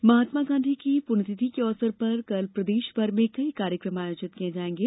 शहीद दिवस महात्मा गांधी की पुण्यतिथि के अवसर पर कल प्रदेश भर में कई कार्यकम आयोजित किये जायेंगे